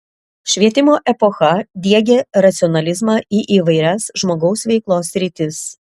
švietimo epocha diegė racionalizmą į įvairias žmogaus veiklos sritis